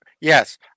yes